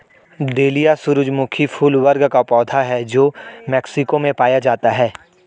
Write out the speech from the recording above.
dahlia सूरजमुखी फूल वर्ग का पौधा है जो मेक्सिको में पाया जाता है